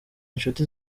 inshuti